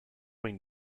wing